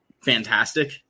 fantastic